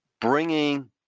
bringing